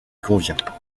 convient